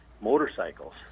motorcycles